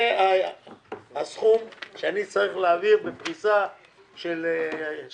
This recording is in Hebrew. זה הסכום שאני אצטרך להעביר בפריסה שנתית